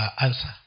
answer